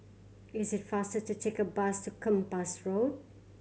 is it faster to take the bus to Kempas Road